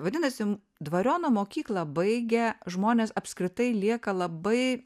vadinasi dvariono mokyklą baigę žmonės apskritai lieka labai